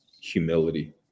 humility